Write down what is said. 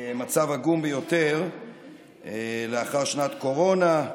מצב עגום ביותר לאחר שנת קורונה.